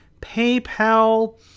PayPal